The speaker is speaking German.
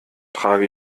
trage